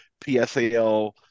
PSAL